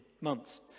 months